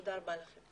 תודה רבה.